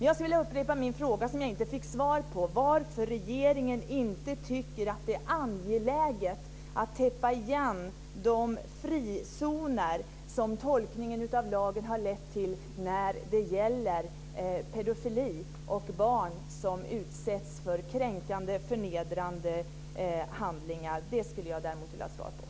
Jag skulle vilja upprepa min fråga som jag inte fick svar på, nämligen varför regeringen inte tycker att det är angeläget att täppa igen de frizoner som tolkningen av lagen har lett till när det gäller pedofili och barn som utsätts för kränkande, förnedrande handlingar. Det skulle jag vilja ha svar på.